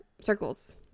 circles